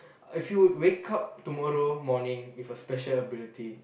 if you wake up tomorrow morning with a special ability